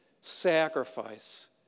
sacrifice